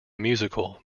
musical